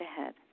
ahead